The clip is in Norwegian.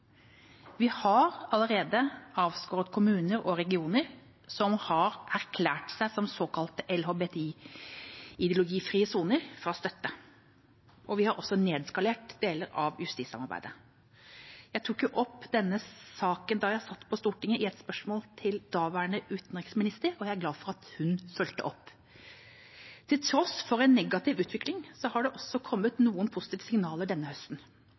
Vi har allerede avskåret kommuner og regioner som har erklært seg som såkalte LHBTI-ideologi-frie soner, fra støtte. Vi har også nedskalert deler av justissamarbeidet. Jeg tok opp dette da jeg satt på Stortinget, i et spørsmål til daværende utenriksminister. Jeg er glad for at hun fulgte det opp. Til tross for en negativ utvikling har det også kommet noen positive signaler denne høsten.